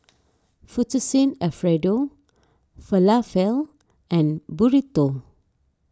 Fettuccine Alfredo Falafel and Burrito